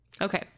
okay